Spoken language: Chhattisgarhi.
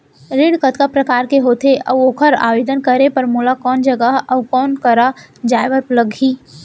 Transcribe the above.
ऋण कतका प्रकार के होथे अऊ ओखर आवेदन करे बर मोला कोन जगह अऊ कोन करा जाए बर लागही?